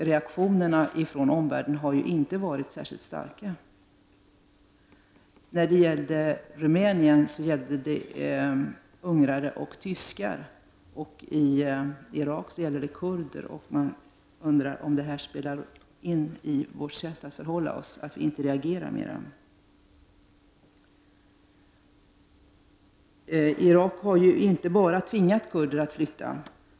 Reaktionerna från omvärlden har inte varit särskilt starka. I Rumänien gällde det ungrare och tyskar, och i Irak gäller det kurder. Jag undrar om det spelar någon roll för vårt förhållningssätt, dvs. att vi inte reagerar mer än vi gör. Irak har inte bara tvingat kurder att flytta.